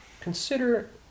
Consider